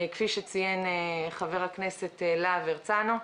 כפי שציין חבר הכנסת להב הרצנו,